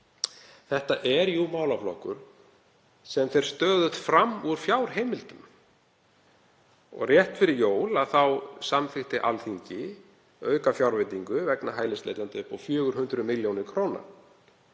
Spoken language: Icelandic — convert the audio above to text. Þetta er jú málaflokkur sem fer stöðugt fram úr fjárheimildum. Rétt fyrir jól samþykkti Alþingi aukafjárveitingu vegna hælisleitenda upp á 400 millj. kr.